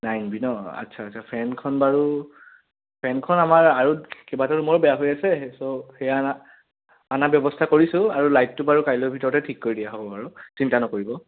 nine B ন আচ্ছা আচ্ছা ফেনখন বাৰু ফেনখন আমাৰ আৰু কেবাটা ৰুমৰো বেয়া হৈ আছে চ' সেইয়া অনা ব্যৱস্থা কৰিছোঁ আৰু লাইটটো বাৰু কাইলৈ ভিতৰতেই ঠিক কৰি দিয়া হ'ব বাৰু চিন্তা নকৰিব